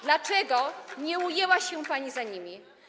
Dlaczego nie ujęła się pani za nimi?